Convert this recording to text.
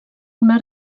una